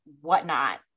whatnot